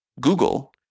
Google